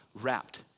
wrapped